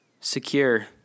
secure